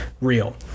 real